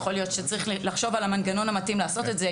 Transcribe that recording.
יכול להיות שצריך לחשוב על המנגנון המתאים לעשות את זה,